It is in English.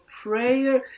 prayer